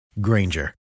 Granger